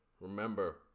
remember